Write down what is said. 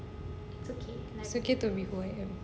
it's okay to be void of